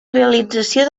realització